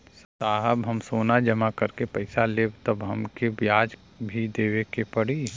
साहब हम सोना जमा करके पैसा लेब त हमके ब्याज भी देवे के पड़ी?